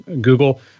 google